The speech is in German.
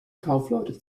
kaufleute